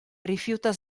rifiuta